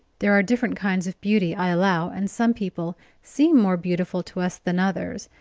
there are different kinds of beauty, i allow, and some people seem more beautiful to us than others,